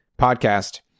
podcast